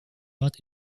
part